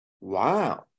Wow